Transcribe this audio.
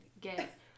get